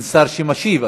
אין שר שמשיב,